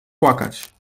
płakać